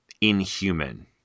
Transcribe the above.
inhuman